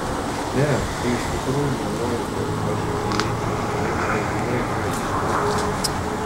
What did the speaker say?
ne tu iš tikrųjų nenori kad aš įeičiau negi nežinai ką iškrėčiau